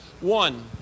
One